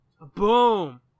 Boom